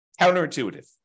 Counterintuitive